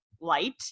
light